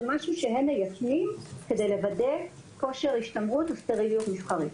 זה משהו שהוא מיישמים כדי לוודא כושר השתמרות וסטריליות מסחרית.